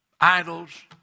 idols